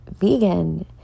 vegan